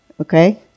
Okay